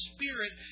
Spirit